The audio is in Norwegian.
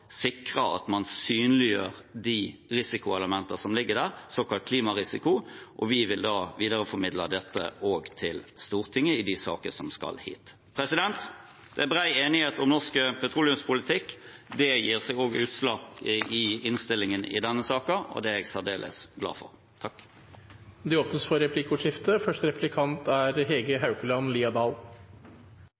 sikre at man synliggjør de risikoelementer som ligger der, såkalt klimarisiko, og vi vil da videreformidle dette også til Stortinget i de saker som skal hit. Det er bred enighet om norsk petroleumspolitikk. Det gir seg også utslag i innstillingen i denne saken, og det er jeg særdeles glad for. Det åpnes for replikkordskifte. Som jeg nevnte i min innledning, er